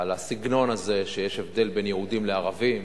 על הסגנון הזה, שיש הבדל בין יהודים לערבים,